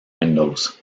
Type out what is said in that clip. windows